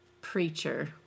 Preacher